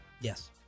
Yes